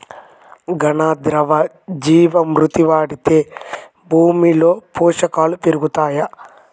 ఘన, ద్రవ జీవా మృతి వాడితే భూమిలో పోషకాలు పెరుగుతాయా?